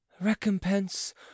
Recompense